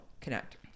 connect